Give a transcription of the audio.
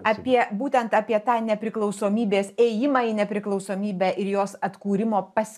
apie būtent apie tą nepriklausomybės ėjimą į nepriklausomybę ir jos atkūrimo pas